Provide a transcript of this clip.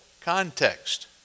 context